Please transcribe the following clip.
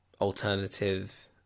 alternative